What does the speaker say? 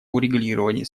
урегулировании